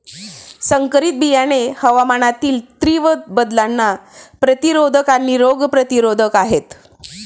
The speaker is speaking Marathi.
संकरित बियाणे हवामानातील तीव्र बदलांना प्रतिरोधक आणि रोग प्रतिरोधक आहेत